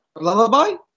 Lullaby